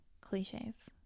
cliches